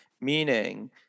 Meaning